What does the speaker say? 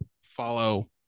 follow